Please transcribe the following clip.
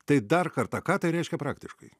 tai dar kartą ką tai reiškia praktiškai